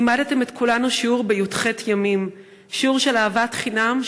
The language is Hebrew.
לימדתם את כולנו שיעור בי"ח ימים: שיעור של אהבת חינם,